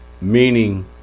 Meaning